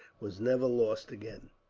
was never lost again.